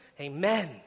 Amen